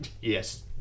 yes